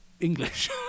English